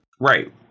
Right